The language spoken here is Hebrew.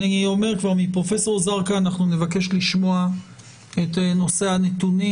מפרופסור זרקא אנחנו נבקש לשמוע את הנתונים